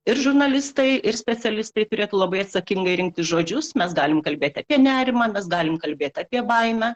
ir žurnalistai ir specialistai turėtų labai atsakingai rinktis žodžius mes galim kalbėti apie nerimą mes galim kalbėt apie baimę